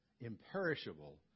imperishable